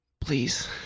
please